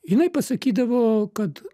jinai pasakydavo kad